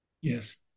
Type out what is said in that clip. Yes